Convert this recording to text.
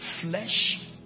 flesh